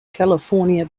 california